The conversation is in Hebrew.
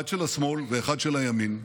אחד של השמאל ואחד של הימין,